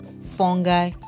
fungi